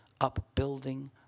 upbuilding